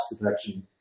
protection